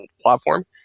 platform